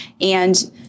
And-